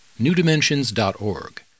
newdimensions.org